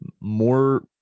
more